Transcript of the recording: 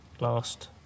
last